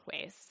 ways